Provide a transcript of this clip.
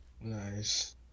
Nice